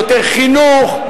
יותר חינוך,